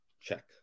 Check